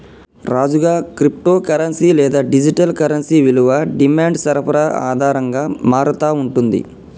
రాజుగా, cryptocurrency లేదా digital currency విలువ డిమాండ్ సరఫరా ఆధారంగా మారతా ఉంటుంది